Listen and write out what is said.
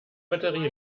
batterie